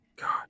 God